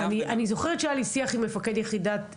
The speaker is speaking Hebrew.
אתה מיחידת התביעות?